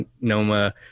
Noma